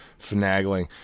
finagling